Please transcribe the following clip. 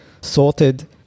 sorted